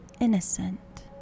innocent